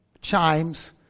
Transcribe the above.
chimes